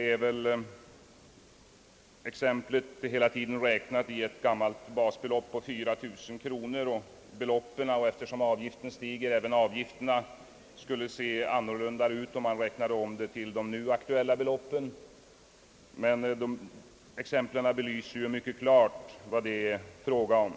Man har hela tiden räknat i det gamla basbeloppet 4000 kronor. Eftersom både basbeloppet och avgifterna stiger, skulle det se annorlunda ut om man räknade på de nu gällande beloppen. Exemplen belyser dock mycket klart vad det är fråga om.